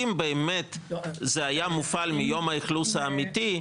אם באמת זה היה מופעל מיום האכלוס האמיתי,